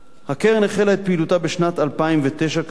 הקרן החלה את פעילותה בשנת 2009. סך